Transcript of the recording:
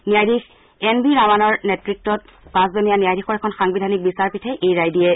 ন্যায়াধীশ এন ভি ৰামানাৰ নেত়ত্ব পাঁচজনীয়া ন্যায়াধীশৰ এখন সাংবিধানিক বিচাৰপীঠে এই ৰায় দিয়ে